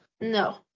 No